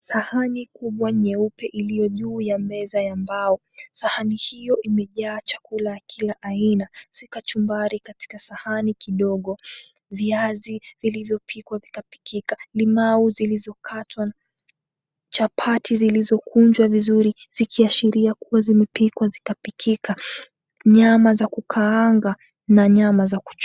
Sahani kubwa nyeupe iliyo juu ya meza ya mbao. Sahani hiyo imejaa chakula kila aina. Si kachumbari katika sahani kidogo, viazi vilivyopikwa vikapikika, limau zilizokatwa, chapati zilizokunjwa vizuri zikiashiria kuwa zimepikwa zikapikika, nyama za kukaangwa na za kuchomwa.